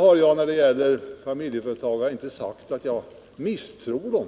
Vad sedan gäller familjeföretagarna har jag inte sagt att jag misstror dem.